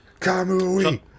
Kamui